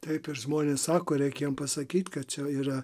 taip ir žmonės sako reikia jiem pasakyt kad čia yra